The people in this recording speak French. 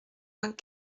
vingt